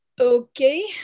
Okay